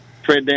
Fred